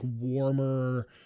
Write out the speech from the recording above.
warmer